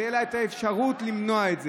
תהיה לה האפשרות למנוע את זה.